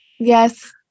Yes